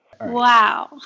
Wow